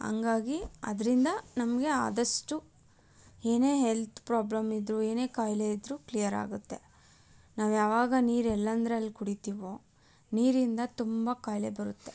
ಹಂಗಾಗಿ ಅದರಿಂದ ನಮಗೆ ಆದಷ್ಟು ಏನೇ ಹೆಲ್ತ್ ಪ್ರಾಬ್ಲಮ್ ಇದ್ದರೂ ಏನೇ ಕಾಯಿಲೆ ಇದ್ದರೂ ಕ್ಲಿಯರಾಗುತ್ತೆ ನಾವು ಯಾವಾಗ ನೀರು ಎಲ್ಲೆಂದ್ರಲ್ಲಿ ಕುಡೀತಿವೋ ನೀರಿಂದ ತುಂಬ ಕಾಯಿಲೆ ಬರುತ್ತೆ